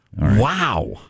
Wow